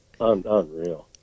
unreal